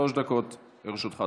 שלוש דקות לרשותך,